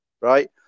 right